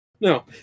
no